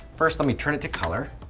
first, let me turn it to color.